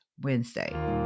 Wednesday